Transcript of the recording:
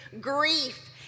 grief